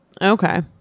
Okay